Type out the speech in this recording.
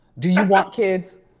do you want kids?